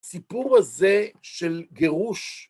סיפור הזה של גירוש